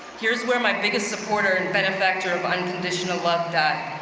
here's where my biggest supporter and benefactor of unconditional love died.